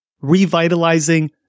revitalizing